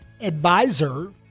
advisor